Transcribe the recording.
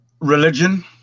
Religion